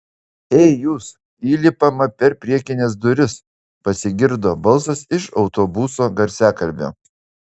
ei jūs įlipama per priekines duris pasigirdo balsas iš autobuso garsiakalbio